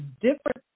different